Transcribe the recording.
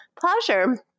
pleasure